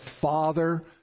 father